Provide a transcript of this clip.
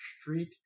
Street